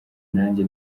najye